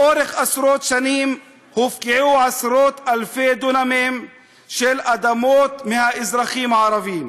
לאורך עשרות שנים הופקעו עשרות-אלפי דונמים של אדמות מהאזרחים הערבים